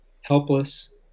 helpless